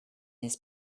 his